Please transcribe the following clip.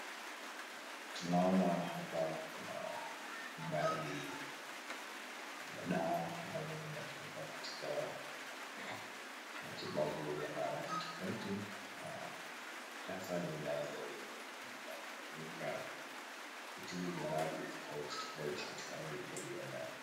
Tunaona hapa kuna baadhi ya dawa ambazo zinatumika katika matibabu ya mahali tofauti. Na hasa, ni dawa za vienyeji na zinatumika kutibu maradhi tofauti tofauti katika mwili ya binadamu.